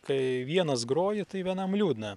kai vienas groji tai vienam liūdna